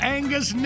Angus